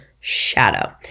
shadow